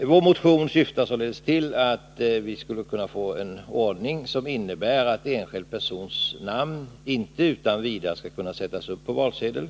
Vår motion syftar till att vi skulle få en ordning som innebär att enskild persons namn inte utan vidare skall kunna sättas upp på valsedel.